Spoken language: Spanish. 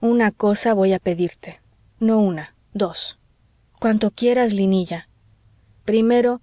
una cosa voy a pedirte no una dos cuánto quieras linilla primero